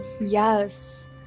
yes